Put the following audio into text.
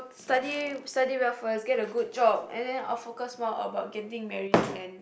study study well first get a good job and then I'll focus more about getting married and